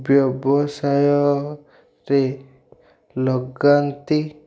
ବ୍ୟବସାୟରେ ଲଗାନ୍ତି